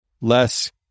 less